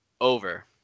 over